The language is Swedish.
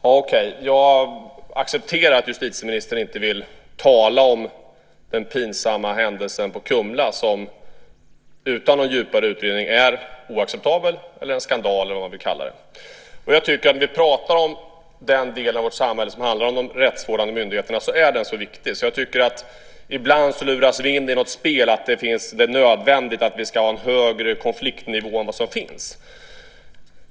Fru talman! Jag accepterar att justitieministern inte vill tala om den pinsamma händelsen på Kumla som utan någon djupare utredning är oacceptabel, en skandal eller vad man vill kalla den. När vi pratar om den del av vårt samhälle som handlar om de rättsvårdande myndigheterna, som är mycket viktig, tycker jag att vi ibland luras in i ett spel där det är nödvändigt att vi har en högre konfliktnivå än vad som finns.